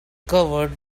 covered